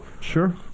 Sure